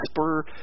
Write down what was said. spur